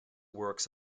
works